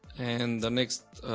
and the next